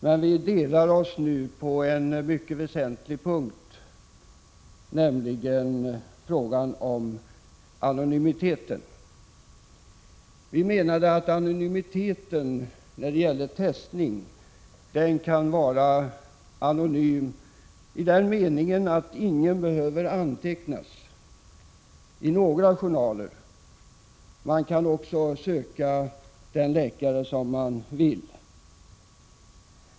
Men våra meningar delar sig på en mycket väsentlig punkt, nämligen i frågan om anonymitet. Vi menar att testning kan vara anonym i den meningen att ingen behöver antecknas i några journaler. Man kan också söka den läkare man vill.